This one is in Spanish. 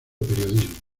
periodismo